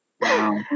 Wow